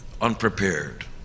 unprepared